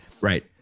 right